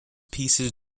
pieces